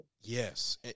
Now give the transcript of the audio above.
Yes